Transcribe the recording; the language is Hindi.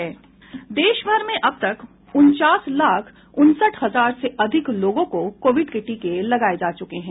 देश भर में अब तक उनचास लाख उनसठ हजार से अधिक लोगों को कोविड के टीके लगाये जा चुके हैं